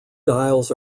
dials